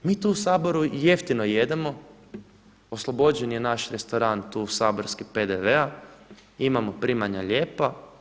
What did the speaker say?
Mi tu u Saboru jeftino jedemo, oslobođen je naš restoran tu saborski PDV-a, imamo primanja lijepa.